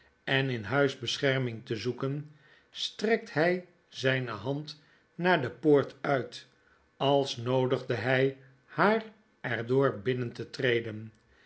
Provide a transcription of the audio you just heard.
en in huis bescherming te zoeken strekt hjj zyne hand naar de poort uit als noodigde hy haar erdoorbinnen te treden